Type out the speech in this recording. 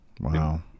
Wow